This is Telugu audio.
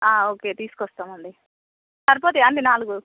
ఓకే తీసుకొస్తామండి సరిపోతాయా అండి నాలుగు